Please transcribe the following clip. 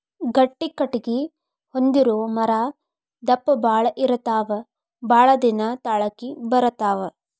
ಗಟ್ಟಿ ಕಟಗಿ ಹೊಂದಿರು ಮರಾ ದಪ್ಪ ಬಾಳ ಇರತಾವ ಬಾಳದಿನಾ ತಾಳಕಿ ಬರತಾವ